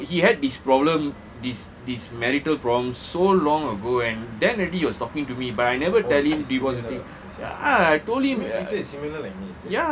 he w~ he had this problem this this marital problems so long ago and then already he was talking to me but I never tell him divorce ya I told him